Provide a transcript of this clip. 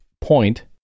point